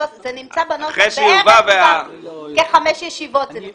זה נמצא בנוסח בערך כחמש ישיבות.